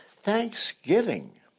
thanksgiving